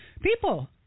people